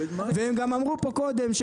והם גם אמרו פה קודם,